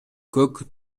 көк